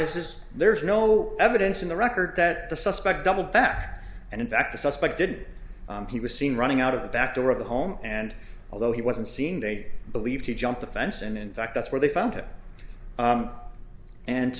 is there's no evidence in the record that the suspect double back and in fact the suspect did he was seen running out of the back door of the home and although he wasn't seen they believe he jumped the fence and in fact that's where they found it